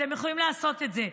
אתם יכולים לעשות את זה.